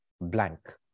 blank